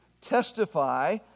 testify